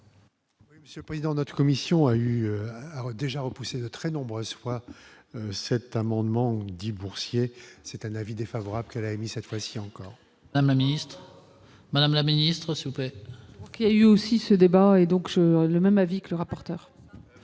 rapporteur. Ce président notre commission a eu déjà repoussée de très nombreuses fois cet amendement ou dits boursiers, c'est un avis défavorable qu'elle a émis cette fois-ci encore. La ministre madame la ministre, s'il vous plaît. Il y a eu aussi ce débat est donc je le même avis que le rapporteur.